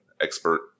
expert